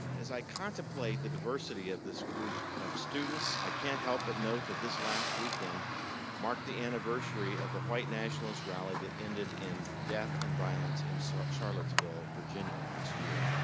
as i contemplate the diversity of this group of students, i can't help but note that this last weekend marked the anniversary of the white nationalist rally that ended in death and violence in sort of charlottesville, virginia last year.